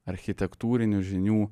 architektūrinių žinių